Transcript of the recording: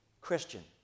Christian